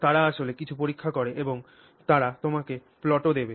তারা আসলে কিছু পরীক্ষা করে এবং তারা তোমাকে প্লটও দেবে